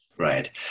Right